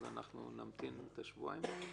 אנחנו נמתין את השבועיים האלה?